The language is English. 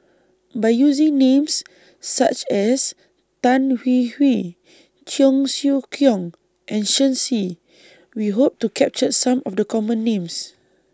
By using Names such as Tan Hwee Hwee Cheong Siew Keong and Shen Xi We Hope to capture Some of The Common Names